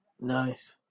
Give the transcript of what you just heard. Nice